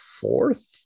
fourth